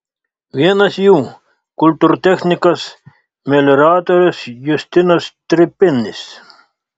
vienas jų kultūrtechnikas melioratorius justinas stripinis